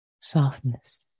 softness